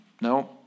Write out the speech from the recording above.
No